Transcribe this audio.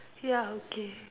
ya okay